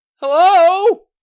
Hello